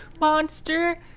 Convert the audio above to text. monster